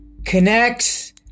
Connects